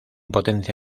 potencia